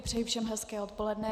Přeji všem hezké odpoledne.